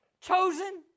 chosen